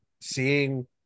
seeing